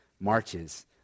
marches